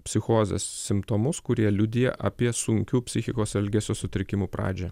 psichozės simptomus kurie liudija apie sunkių psichikos elgesio sutrikimų pradžią